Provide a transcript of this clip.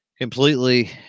completely